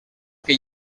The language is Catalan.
que